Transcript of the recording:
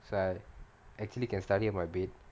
so I actually can study on my bed